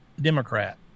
Democrat